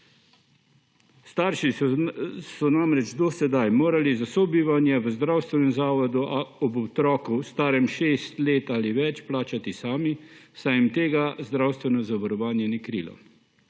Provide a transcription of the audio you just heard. Starši so namreč do sedaj morali sobivanje v zdravstvenem zavodu ob otroku, starem šest let ali več, plačati sami, saj jim tega zdravstveno zavarovanje ni krilo.